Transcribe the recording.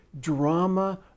drama